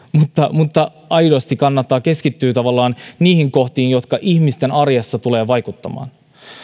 mutta aidosti kannattaa keskittyä tavallaan niihin kohtiin jotka ihmisten arjessa tulevat vaikuttamaan